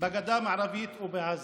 בגדה המערבית ובעזה.